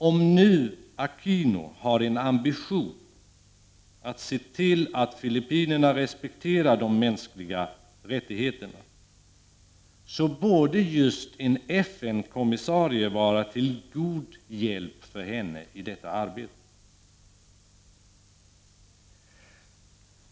Om Aquino har en ambition att se till att Filippinerna respekterar de mänskliga rättigheterna, borde en FN-komissarie vara till god hjälp för henne i det arbetet.